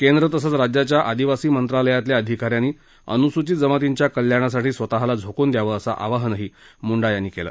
केंद्र तसंच राज्याच्या आदिवासी मंत्रालयातल्या अधिका यांनी अनुसूचित जमातीच्या कल्याणासाठी स्वतःला झोकून द्यावं असं आवाहन मुंडा यांनी केलं